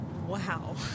Wow